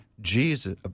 jesus